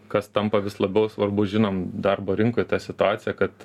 kas tampa vis labiau svarbu žinom darbo rinkoj tą situaciją kad